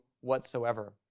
whatsoever